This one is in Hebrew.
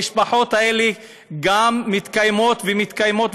המשפחות האלה גם מתקיימות ומתקיימות,